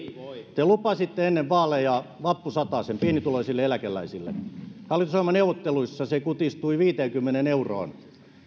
te lupasitte ennen vaaleja vappusatasen pienituloisille eläkeläisille hallitusohjelmaneuvotteluissa se kutistui viiteenkymmeneen euroon